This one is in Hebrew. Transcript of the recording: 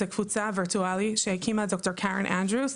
זו קבוצה וירטואלית שהקימה ד"ר קרן אנדרוס,